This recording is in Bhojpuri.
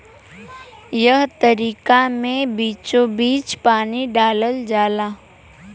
एह तरीका मे बीचोबीच पानी डालल जाला